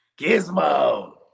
Gizmo